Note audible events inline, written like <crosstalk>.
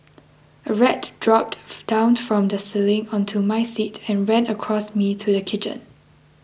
a rat dropped <noise> down from the ceiling onto my seat and ran across me to the kitchen